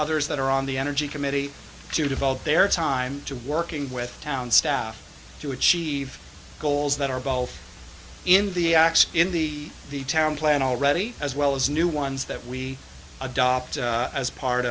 others that are on the energy committee to devote their time to working with town staff to achieve goals that are both in the acts in the the town plan already as well as new ones that we adopt as part